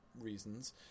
reasons